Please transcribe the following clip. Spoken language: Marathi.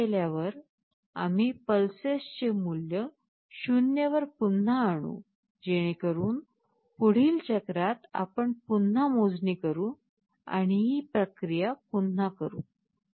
आणि हे केल्यावर आम्ही पल्सेस चे मूल्य 0 वर पुन्हा आणू जेणेकरून पुढील चक्रात आपण पुन्हा मोजणी करू आणि ही प्रक्रिया पुन्हा करू